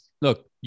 look